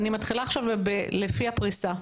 אני מתחילה עכשיו לפי הפריסה.